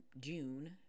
June